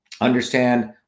Understand